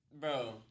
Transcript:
Bro